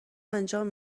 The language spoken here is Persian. انجام